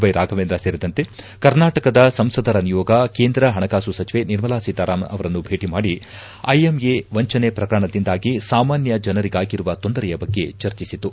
Y Raghavendra ಸೇರಿದಂತೆ ಕರ್ನಾಟಕದ ಸಂಸದರ ನಿಯೋಗ ಕೇಂದ್ರ ಹಣಕಾಸು ಸಚಿವೆ ನಿರ್ಮಲಾ ಸೀತಾರಾಮನ್ ಅವರನ್ನು ಭೇಟಿ ಮಾಡಿ ಐಎಂಎ ವಂಚನೆ ಪ್ರಕರಣದಿಂದಾಗಿ ಸಾಮಾನ್ಯ ಜನರಿಗಾಗಿರುವ ತೊಂದರೆಯ ಬಗ್ಗೆ ಚರ್ಚಿಸಿತು